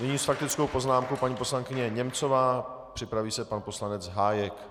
Nyní s faktickou poznámkou paní poslankyně Němcová, připraví se pan poslanec Hájek.